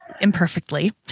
imperfectly